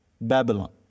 Babylon